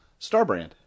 Starbrand